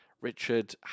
Richard